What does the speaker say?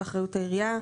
זה באחריות העירייה.